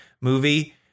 movie